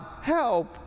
help